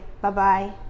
Bye-bye